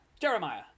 jeremiah